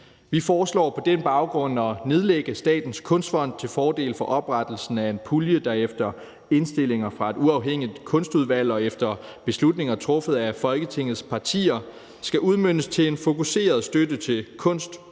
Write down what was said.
Vi foreslår på den baggrund at nedlægge Statens Kunstfond til fordel for oprettelsen af en pulje, der efter indstillinger fra et uafhængigt kunstudvalg og efter beslutninger truffet af Folketingets partier skal udmøntes i en fokuseret støtte til kunst og